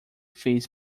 fez